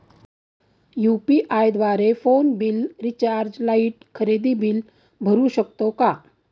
UPI द्वारे phone bill, recharge, light, खरेदी bill भरू शकतो का?